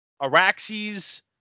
Araxes